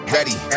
Ready